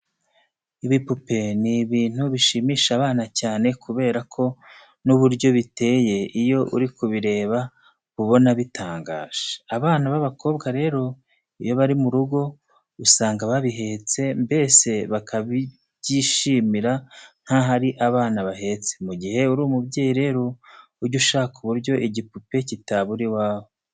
Ibipupe ni ibintu bishimisha abana cyane kubera ko n'uburyo biteye, iyo uri kubireba uba ubona bitangaje. Abana b'abakobwa rero iyo bari mu rugo usanga babihetse, mbese bakabyishimira nkaho ari abana bahetse. Mu gihe uri umubyeyi rero ujye ushaka uburyo igipupe cyitabura iwawe.